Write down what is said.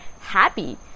happy